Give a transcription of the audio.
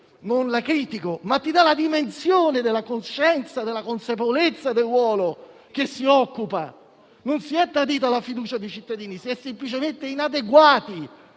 non la critico, ma ciò dà la dimensione della coscienza e della consapevolezza del ruolo che si occupa. Non è stata tradita la fiducia dei cittadini, ma si è semplicemente inadeguati.